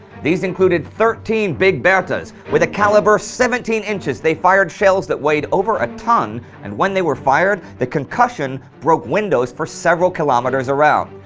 these included thirteen big berthas with a caliber seventeen inches they fired shells that weighed over a ton and when they were fired, the concussion broke windows for several kilometers around.